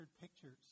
pictures